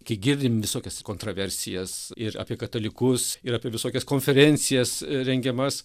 kai girdim visokias kontraversijas ir apie katalikus ir apie visokias konferencijas rengiamas